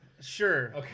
Sure